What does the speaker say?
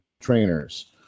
trainers